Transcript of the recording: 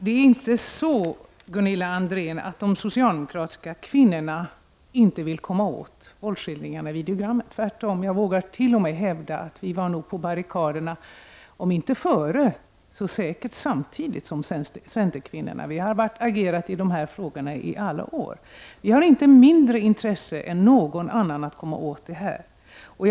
Det är inte så, Gunilla André, att de socialdemokratiska kvinnorna inte vill komma åt våldsskildringarna i videogrammen, tvärtom. Jag vågar t.o.m. påstå att vi var på barrikaderna om inte före så säkert samtidigt som centerkvinnorna. Vi har agerat i de här frågorna i alla år, och vi har inte mindre intresse än någon annan att komma åt videovåldet.